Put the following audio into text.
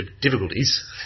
difficulties